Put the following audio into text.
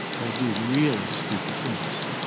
they do really stupid things.